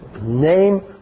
name